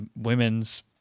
women's